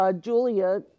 Julia